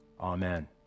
Amen